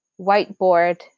whiteboard